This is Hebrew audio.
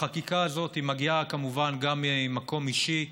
החקיקה הזאת מגיעה כמובן גם ממקום אישי.